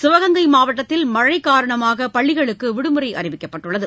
சிவகங்கை மாவட்டத்தில் மழை காரணமாக பள்ளிகளுக்கு விடுமுறை அறிவிக்கப்பட்டுள்ளது